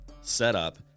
setup